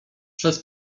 przez